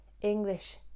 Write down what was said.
English